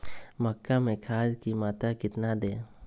मक्का में खाद की मात्रा कितना दे?